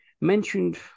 mentioned